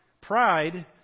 Pride